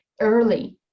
Early